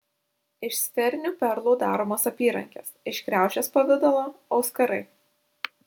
iš sferinių perlų daromos apyrankės iš kriaušės pavidalo auskarai